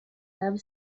have